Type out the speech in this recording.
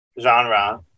genre